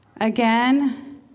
Again